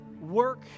work